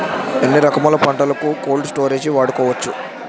ఎన్ని రకములు పంటలకు కోల్డ్ స్టోరేజ్ వాడుకోవచ్చు?